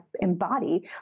embody